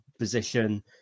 Position